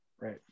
Right